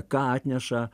ką atneša